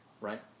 right